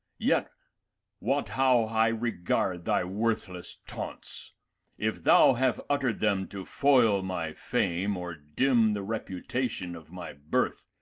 yet wot how i regard thy worthless taunts if thou have uttered them to foil my fame or dim the reputation of my birth,